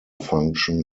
function